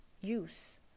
use